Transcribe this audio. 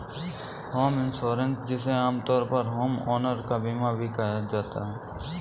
home insurance जिसे आमतौर पर होमओनर का बीमा भी कहा जाता है